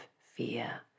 fear